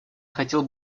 хотел